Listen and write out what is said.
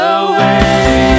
away